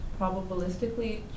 probabilistically